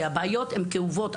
כי הבעיות הן כאובות.